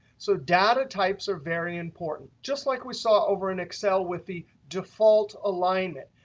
so data types are very important. just like we saw over in excel with the default alignment.